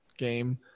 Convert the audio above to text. game